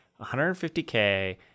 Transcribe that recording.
150K